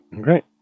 Great